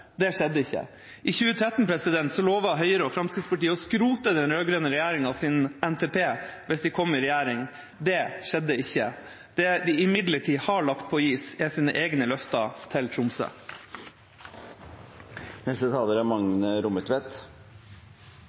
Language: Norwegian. Det skjedde ikke. I 2013 lovet Høyre og Fremskrittspartiet å skrote den rød-grønne regjeringas NTP hvis de kom i regjering. Det skjedde ikke. Det de imidlertid har lagt på is, er sine egne løfter til Tromsø.